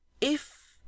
If